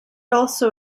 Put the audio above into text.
also